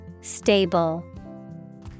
Stable